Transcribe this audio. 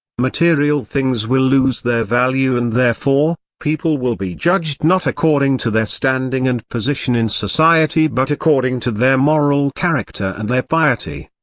material things will lose their value and therefore, people will be judged not according to their standing and position in society but according to their moral character and their piety.